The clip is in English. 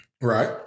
Right